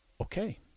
Okay